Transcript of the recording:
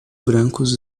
brancos